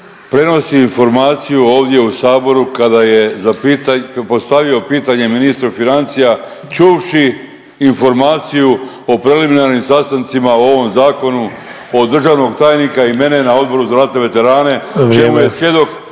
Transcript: prenosi informaciju ovdje u saboru kada je za pita…, postavio pitanje ministru financija čuvši informaciju o preliminarnim sastancima o ovom zakonu od državnog tajnika i mene na Odboru za ratne veterane…/Upadica Sanader: